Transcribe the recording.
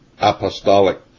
apostolic